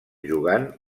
jugant